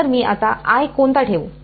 तर आता मीकोणता ठेवू